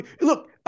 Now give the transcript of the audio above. look